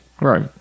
Right